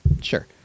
Sure